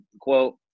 quote